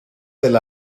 del